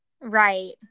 Right